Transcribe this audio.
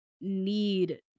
need